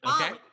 Okay